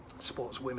sportswomen